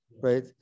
right